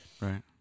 Right